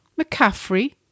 McCaffrey